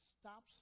stops